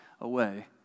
away